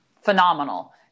phenomenal